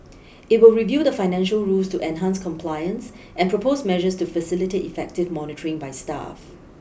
it will review the financial rules to enhance compliance and propose measures to facilitate effective monitoring by staff